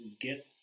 get